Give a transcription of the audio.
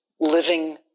living